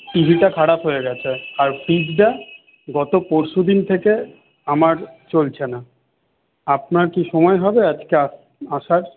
টিভিটা খারাপ হয়ে গেছে আর ফ্রিজটা গত পরশুদিন থেকে আমার চলছেনা আপনার কি সময় হবে আজকে আসার